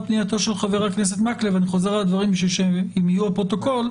פנייתו של חבר הכנסת מקלב אני חוזר על הדברים שהם יהיו בפרוטוקול,